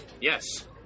Yes